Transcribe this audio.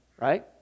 right